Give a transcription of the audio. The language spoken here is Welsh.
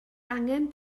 angen